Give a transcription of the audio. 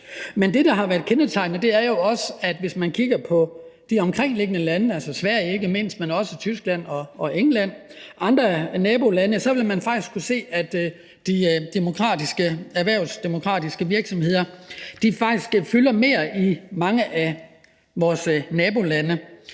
Men det, der har været kendetegnende, er jo også, at hvis man kigger på de omkringliggende lande, ikke mindst Sverige, men også Tyskland og England, så vil man faktisk kunne se, at de erhvervsdemokratiske virksomheder fylder mere i mange af vores nabolande.